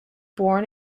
born